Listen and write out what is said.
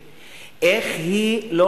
איך היא מתנהגת,